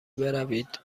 بروید